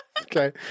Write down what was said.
Okay